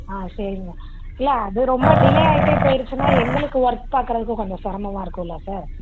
ஆ சரிங்க இல்லை அது ரொம்ப டிலே ஆகிட்டே போயிடுச்சின்னா எங்களுக்கு ஒர்க் பார்க்குறதுக்கு கொஞ்சம் சிரமமா இருக்கும்ல சார்